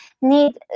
need